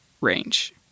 range